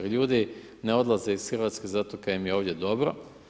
Ljudi ne odlaze iz Hrvatske zato kaj im je ovdje dobro.